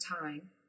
time